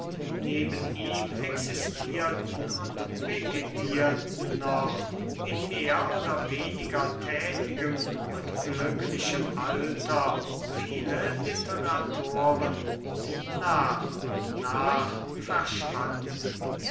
neben ihm existierten und vegetierten noch in mehr oder weniger tätigem und glücklichem alter viele literatoren die nach und nach verschwanden